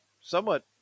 somewhat